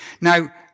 Now